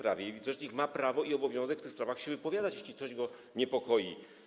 Rzecznik ma prawo i obowiązek w tych sprawach się wypowiadać, jeśli coś go niepokoi.